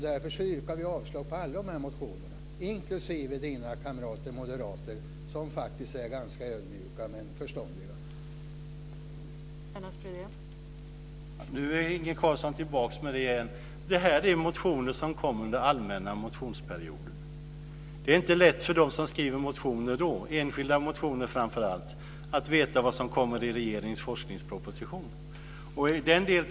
Därför yrkar vi, inklusive Lennart Fridéns kamrater moderater som faktiskt är ganska ödmjuka men förståndiga, avslag på alla de här motionerna.